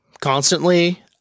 constantly